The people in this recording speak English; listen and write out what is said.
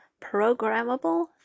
programmable